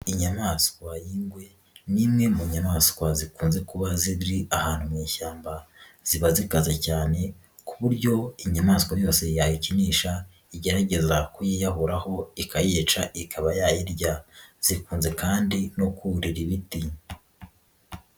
Inyamaswayingwe ni imwe mu nyamaswa zikunze kuba ziri ahantu mu ishyamba, ziba zikaze cyane ku buryo inyamaswa yose yayikinisha igerageza kuyiyahuraho ikayica ikaba yayirya, zikunze kandi no kurira ibiti.